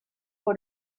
for